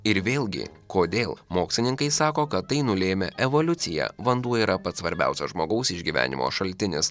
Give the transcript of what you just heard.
ir vėlgi kodėl mokslininkai sako kad tai nulėmė evoliucija vanduo yra pats svarbiausias žmogaus išgyvenimo šaltinis